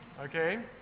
Okay